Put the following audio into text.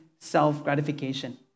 self-gratification